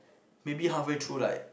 maybe halfway through like